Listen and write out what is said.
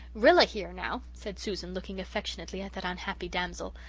rilla here, now, said susan, looking affectionately at that unhappy damsel,